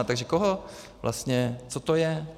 Takže koho vlastně co to je?